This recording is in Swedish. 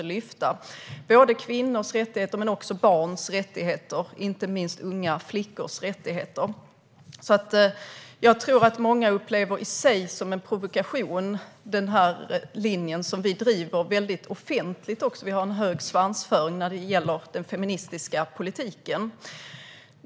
Det handlar både om kvinnors rättigheter och om barns, inte minst unga flickors, rättigheter. Jag tror att många upplever den linje vi driver som en provokation. Vi driver den väldigt offentligt och har en hög svansföring när det gäller den feministiska politiken.